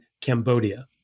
Cambodia